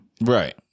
Right